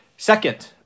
Second